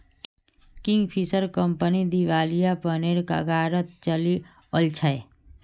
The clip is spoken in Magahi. किंगफिशर कंपनी दिवालियापनेर कगारत चली ओल छै